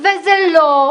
-- וזה לא.